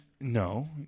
No